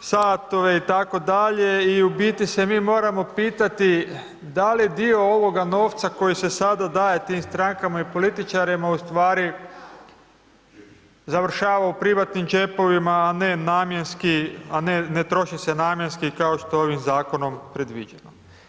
satove i tako dalje, i u biti se mi moramo pitati da li dio ovoga novca koji se sada daje tim strankama i političarima ustvari završava u privatnim džepovima, a ne namjenski, a ne, ne troše se namjenski kao što je ovim Zakonom predviđeno.